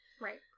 Right